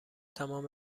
تمام